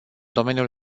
domeniul